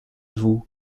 vous